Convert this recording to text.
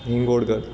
હિંગોળઘર